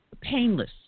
painless